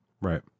Right